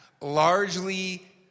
largely